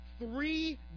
three